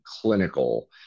clinical